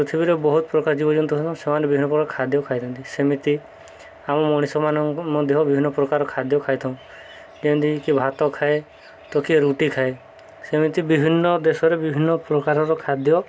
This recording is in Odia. ପୃଥିବୀରେ ବହୁତ ପ୍ରକାର ଜୀବଜନ୍ତୁ ଅଛନ୍ତି ସେମାନେ ବିଭିନ୍ନ ପ୍ରକାର ଖାଦ୍ୟ ଖାଇଥାନ୍ତି ସେମିତି ଆମ ମଣିଷମାନେ ମଧ୍ୟ ବିଭିନ୍ନ ପ୍ରକାର ଖାଦ୍ୟ ଖାଇଥାଉ ଯେମିତି କିିଏ ଭାତ ଖାଏ ତ କିଏ ରୁଟି ଖାଏ ସେମିତି ବିଭିନ୍ନ ଦେଶରେ ବିଭିନ୍ନ ପ୍ରକାରର ଖାଦ୍ୟ